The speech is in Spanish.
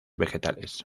vegetales